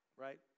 right